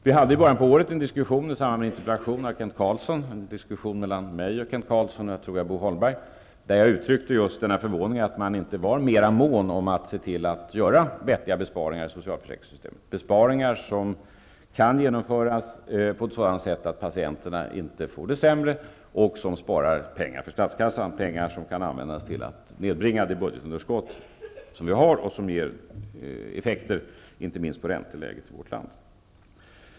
Vi hade i början av året en diskussion med anledning av en interpellation av Kent Carlsson. I denna debatt deltog förutom mig och Kent Carlsson även Bo Holmberg tror jag. Där uttryckte jag min förvåning över att Socialdemokraterna inte var mer måna om att se till att göra vettiga besparingar i socialförsäkringssystemet, besparingar som kan genomföras på ett sådant sätt att patienterna inte får det sämre och att statskassan spar pengar, pengar som kan användas till att nedbringa det budgetunderskott som vi har och som ger effekter inte minst på ränteläget i vårt land.